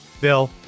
Bill